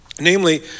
Namely